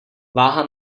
váha